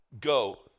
Go